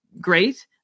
great